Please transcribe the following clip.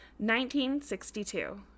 1962